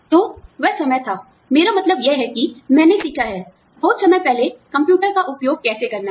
तो वह समय था मेरा मतलब यह है कि मैंने सीखा है बहुत समय पहले कंप्यूटर का उपयोग कैसे करना है